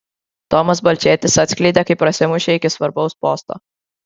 tomas balčėtis atskleidė kaip prasimušė iki svarbaus posto